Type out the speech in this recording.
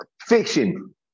Fiction